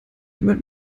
jemand